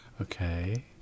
Okay